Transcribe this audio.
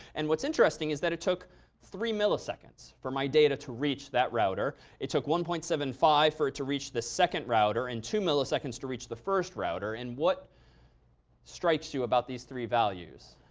and what's interesting is that it took three milliseconds for my data to reach that router. it took one point seven five for it to reach the second router. and two milliseconds to reach the first router. and what strikes you about these three values?